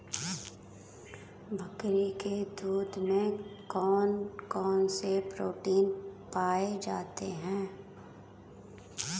बकरी के दूध में कौन कौनसे प्रोटीन पाए जाते हैं?